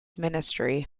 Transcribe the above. ministry